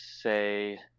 say